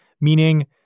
meaning